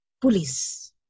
police